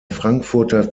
frankfurter